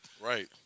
Right